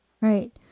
right